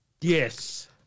Yes